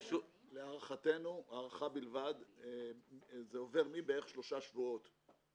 להערכתנו, הערכה בלבד, זה עובר משלושה שבועות